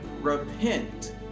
repent